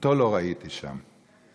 אותו לא ראיתי שם.